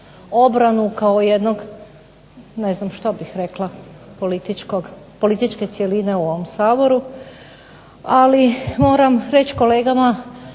obranu kao jednog, ne znam što bih rekla, političke cjeline u ovom Saboru, ali moram reći kolegama